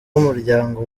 umuryango